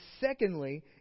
secondly